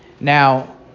Now